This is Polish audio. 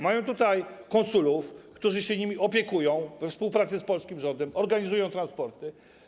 Mają tutaj konsulów, którzy się nimi opiekują we współpracy z polskim rządem, organizują transporty.